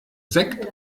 sekt